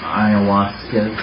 ayahuasca